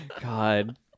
God